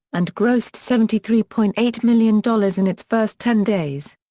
and grossed seventy three point eight million dollars in its first ten days.